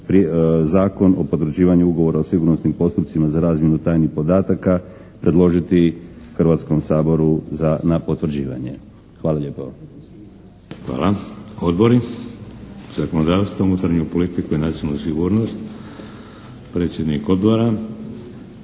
Zakon o potvrđivanju ugovora o sigurnosnim postupcima za razmjenu tajnih podataka predložiti Hrvatskom saboru na potvrđivanje. Hvala lijepo. **Šeks, Vladimir (HDZ)** Hvala. Odbori? Zakonodavstvo, unutarnju politiku i nacionalnu sigurnost? Predsjednik Odbora